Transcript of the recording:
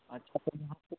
अच्छा तो यहाँ पर